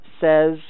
says